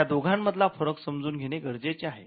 ह्या दोघांमधला फरक समजून घेणे गरजेचे आहे